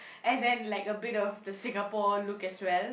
and then like a bit of the Singapore look as well